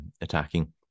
attacking